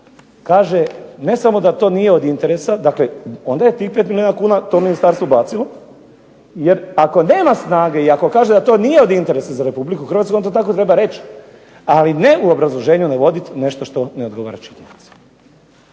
kaže ne samo da to nije od interesa, dakle onda je tih 5 milijuna kuna to ministarstvo bacilo jer ako nema snage i ako kaže da to nije od interesa za Republiku Hrvatsku on to tako treba reći, ali ne u obrazloženju navoditi nešto što ne odgovara činjenici.